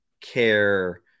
care